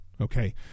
okay